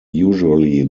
usually